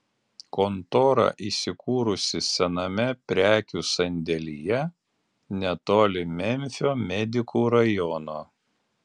kontora įsikūrusi sename prekių sandėlyje netoli memfio medikų rajono